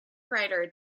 writer